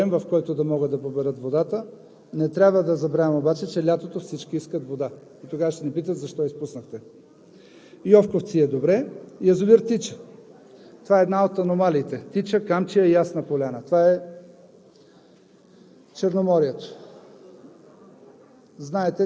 Личното ми мнение е, че трябва да започнат да го изпускат, за да имат 2 – 3 милиона обем, в който да могат да поберат водата. Не трябва да забравяме обаче, че лятото всички искат вода и тогава ще ни питат: защо я изпуснахте? Язовир „Йовковци“ е добре. Язовир „Тича“ е една от аномалиите. „Тича“, „Камчия“, „Ясна поляна“ – това е